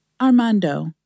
Armando